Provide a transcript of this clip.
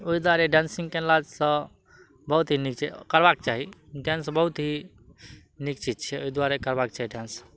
ओइ दुआरे डांसिंग कयलासँ बहुत ही नीक छै करबाक चाही डांस बहुत ही नीक चीज छै ओइ दुआरे करबाक चाही डांस